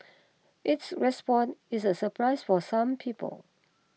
its response is a surprise for some people